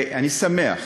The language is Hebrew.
אני שמח